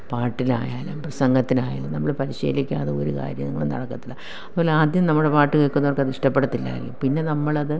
പാട്ടിലായാലും പ്രസംഗത്തിനായാലും നമ്മൾ പരിശീലിക്കാതെ ഒരു കാര്യങ്ങളും നടക്കത്തില്ല അതു പോലെ ആദ്യം നമ്മുടെ പാട്ട് കേൾക്കുന്നവർക്ക് അതിഷ്ടപ്പെടത്തില്ലായിരിക്കും പിന്നെ നമ്മളത്